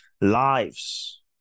lives